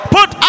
Put